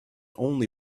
only